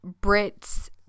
Brit's